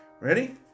Ready